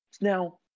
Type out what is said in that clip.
Now